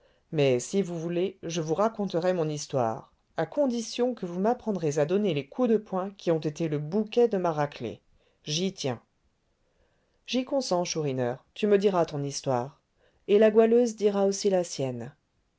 mais si vous voulez je vous raconterai mon histoire à condition que vous m'apprendrez à donner les coups de poing qui ont été le bouquet de ma raclée j'y tiens j'y consens chourineur tu me diras ton histoire et la goualeuse dira aussi la sienne